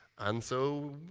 and so,